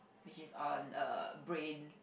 which is on a brain